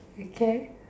we can